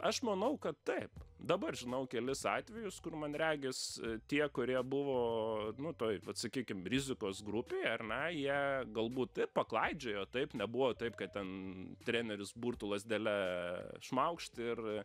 aš manau kad taip dabar žinau kelis atvejus kur man regis tie kurie buvo nu toj vat sakykim rizikos grupėj ar ne jie galbūt taip paklaidžiojo taip nebuvo taip kad ten treneris burtų lazdele šmaukšt ir